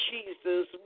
Jesus